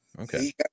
Okay